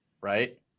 right